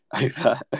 over